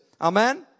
Amen